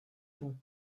bon